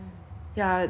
ya then is like